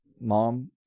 mom